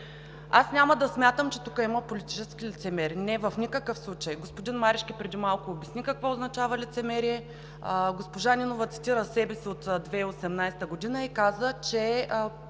Аз не смятам, че тук има политически лицемери, не, в никакъв случай. Господин Марешки преди малко обясни какво означава лицемерие, госпожа Нинова цитира себе си от 2018 г. и каза, че